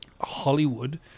Hollywood